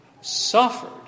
suffered